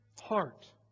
heart